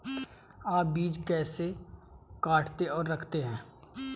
आप बीज कैसे काटते और रखते हैं?